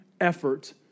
effort